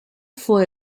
fue